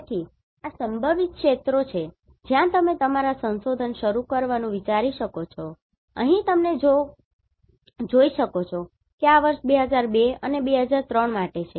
તેથી આ સંભવિત ક્ષેત્રો છે જ્યાં તમે તમારા સંશોધન શરૂ કરવાનું વિચારી શકો છો અહીં તમે જોઈ શકો છો કે આ વર્ષ 2002 અને 2003 માટે છે